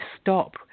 stop